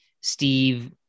Steve